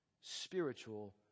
Spiritual